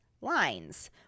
Lines